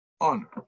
honor